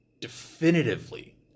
definitively